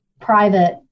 private